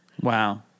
Wow